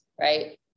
Right